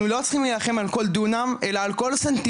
אנחנו לא צריכים להילחם על כל דונם אלא על כל סנטימטר,